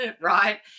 right